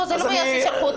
לא, זה לא ששלחו אותי.